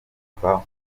yitwa